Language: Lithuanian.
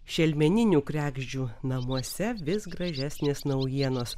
šelmeninių kregždžių namuose vis gražesnės naujienos